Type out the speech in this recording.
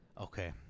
Okay